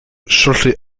shortly